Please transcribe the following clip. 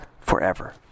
forever